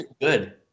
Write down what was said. good